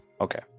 Okay